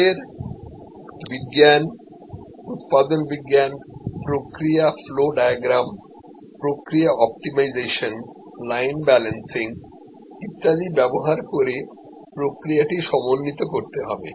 আমাদের বিজ্ঞান উত্পাদন বিজ্ঞান প্রক্রিয়া ফ্লো ডায়াগ্রাম প্রক্রিয়া অপ্টিমাইজেশন লাইন ব্যালেন্সিং ইত্যাদি ব্যবহার করে প্রক্রিয়াটি সমন্বিত করতে হবে